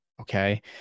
okay